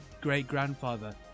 great-grandfather